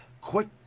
quick